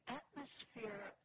atmosphere